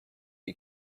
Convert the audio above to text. you